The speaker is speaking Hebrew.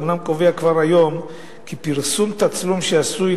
אומנם קובע כבר היום כי פרסום תצלום שעשוי